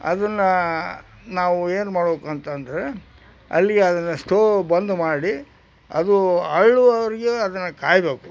ಅದನ್ನ ನಾವು ಏನು ಮಾಡಬೇಕು ಅಂತಂದರೆ ಅಲ್ಲಿಗೆ ಅದನ್ನು ಸ್ಟೋವ್ ಬಂದ್ ಮಾಡಿ ಅದು ಅರಳುವವರೆಗೆ ಅದನ್ನು ಕಾಯಬೇಕು